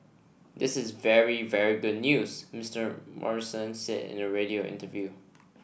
this is very very good news Mister Morrison said in a radio interview